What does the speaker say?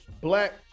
black